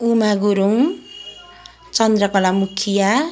Uma Gurung Chandrakala Mukhiya